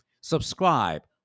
subscribe